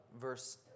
verse